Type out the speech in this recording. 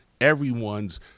everyone's